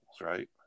right